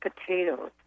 potatoes